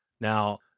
Now